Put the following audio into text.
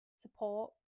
Support